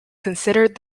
considered